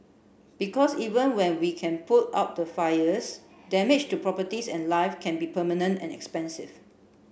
because even when we can put out the fires damage to properties and live can be permanent and expensive